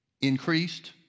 increased